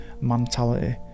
mentality